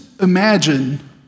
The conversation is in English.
imagine